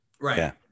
right